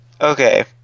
okay